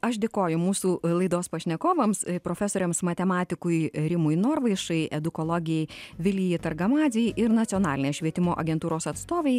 aš dėkoju mūsų laidos pašnekovams profesoriams matematikui rimui norvaišai edukologei vilijai targamadzei ir nacionalinės švietimo agentūros atstovei